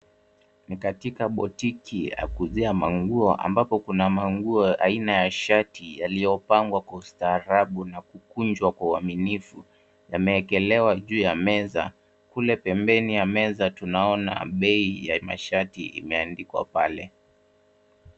Ni katika boutique ya kuuzia manguo ambapo kuna manguo aina ya shati yaliyopangwa kwa ustaarabu na kukunjwa kwa uaminifu yameekelewa juu ya meza. Kule pembeni ya meza tunaona bei ya mashati imeandikwa pale.